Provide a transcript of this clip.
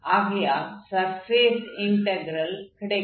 ஆகையால் surface integral கிடைக்கும்